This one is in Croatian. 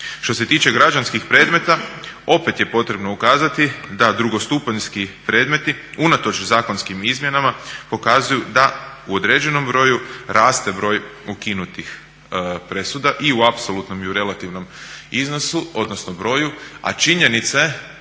Što se tiče građanskih predmeta opet je potrebno ukazati da drugostupanjski predmeti unatoč zakonskim izmjenama pokazuju da u određenom broju raste broj ukinutih presuda i u apsolutno i u relativnom broju, a činjenica